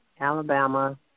Alabama